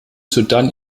sodann